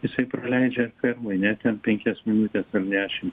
jisai praleidžia oi ne ten penkias minutes ar dešim